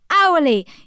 hourly